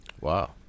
wow